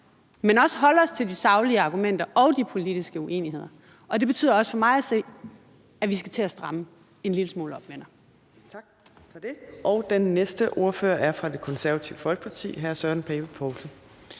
men også holde os til de saglige argumenter og de politiske uenigheder. Det betyder også for mig at se, at vi skal til at stramme en lille smule op, venner.